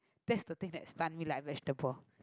that's the thing like stunt me like vegetable